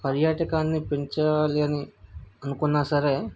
పర్యాటకాన్ని పెంచాలి అని అనుకున్నా సరే